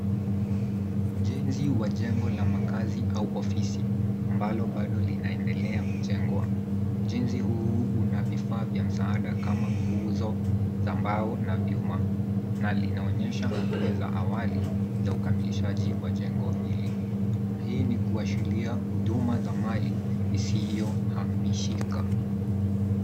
Ujenzi wa jengo la makazi au ofisi ambalo bado linaendelea kujengwa. Ujenzi huu una vifaa vya msaada kama nguzo za mbao na vyuma na linaonyesha hatua za awali za ukamilishaji wa jengo hili. Hii ni kuashiria huduma za Mali isiyohamishika.